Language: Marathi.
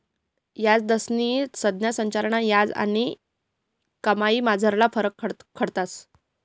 याजदरस्नी संज्ञा संरचना याज आणि कमाईमझारला फरक दखाडस